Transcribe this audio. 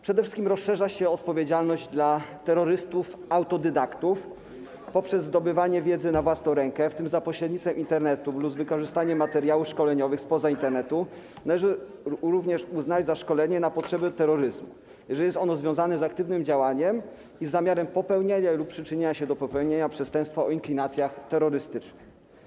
Przede wszystkim rozszerza się odpowiedzialność terrorystów autodydaktów zdobywających wiedzę na własną rękę, w tym za pośrednictwem Internetu lub z wykorzystaniem materiałów szkoleniowych spoza Internetu, co należy również uznać za szkolenie na potrzeby terroryzmu, jeżeli jest ono związane z aktywnym działaniem i z zamiarem popełnienia lub przyczynienia się do popełnienia przestępstwa o inklinacjach terrorystycznych.